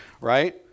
Right